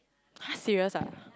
!huh! serious ah